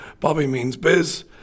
BobbyMeansBiz